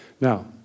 now